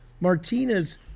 Martinez